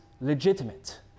legitimate